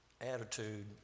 attitude